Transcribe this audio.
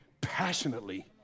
passionately